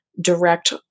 direct